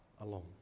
alone